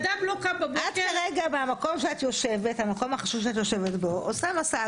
את כרגע מהמקום החשוב שאת יושבת בו, עושה מסד.